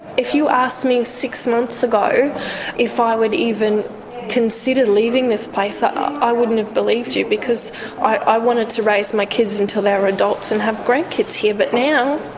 if you asked me six months ago if i would even consider leaving this place ah i wouldn't have believed you, because i wanted to raise my kids until they were adults and have grandkids here. but now,